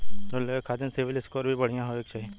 Loan लेवे के खातिन सिविल स्कोर भी बढ़िया होवें के चाही?